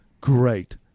great